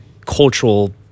cultural